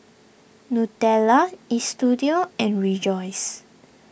Nutella Istudio and Rejoice